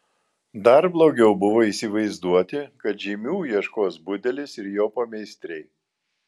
dar blogiau buvo įsivaizduoti kad žymių ieškos budelis ir jo pameistriai